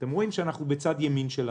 אתם רואים שאנחנו בצד ימין של הטבלה.